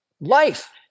life